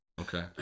Okay